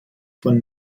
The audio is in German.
von